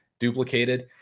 duplicated